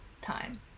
time